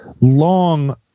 long